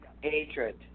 Hatred